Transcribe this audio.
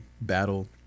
battle